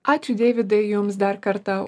ačiū deividai jums dar kartą